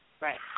Right